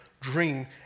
dream